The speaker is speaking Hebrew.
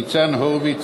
ניצן הורוביץ,